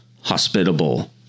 hospitable